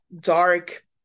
dark